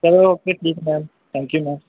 ਚਲੋ ਓਕੇ ਠੀਕ ਹੈ ਮੈਮ ਥੈਂਕ ਯੂ ਮੈਮ